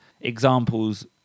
examples